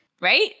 Right